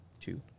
two